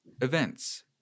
events